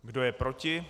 Kdo je proti?